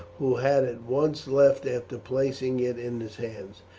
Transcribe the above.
who had at once left after placing it in his hands.